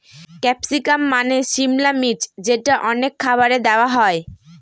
capsicum মানে সিমলা মির্চ যেটা অনেক খাবারে দেওয়া হয়